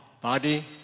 Body